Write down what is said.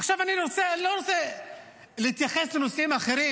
עכשיו, אני לא רוצה להתייחס לנושאים אחרים.